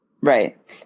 Right